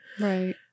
Right